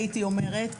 הייתי אומרת,